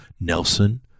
Nelson